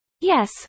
Yes